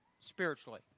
Spiritually